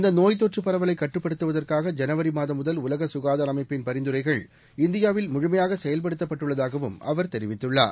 இந்தநோய் தொற்றுபரவலைகட்டுப்படுத்துவதற்காக ஜனவரிமாதம் முதல் உலகசுகாதாரஅமைப்பின் பரிந்துரைகள் இந்தியாவில் முழுமையாகசெயல்படுத்தப்பட்டுள்ளதாகவும் அவர் தெரிவித்துள்ளார்